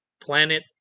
planet